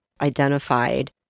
identified